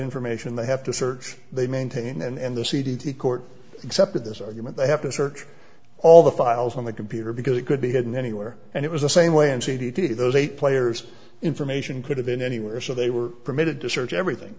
information they have to search they maintain and the c d t court accepted this argument they have to search all the files on the computer because it could be hidden anywhere and it was the same way in c d t those eight players information could have been anywhere so they were permitted to search everything